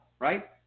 right